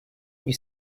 you